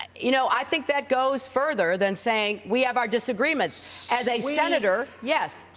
you know, i think that goes further than saying we have our disagreements. as a senator, yes,